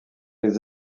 les